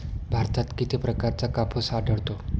भारतात किती प्रकारचा कापूस आढळतो?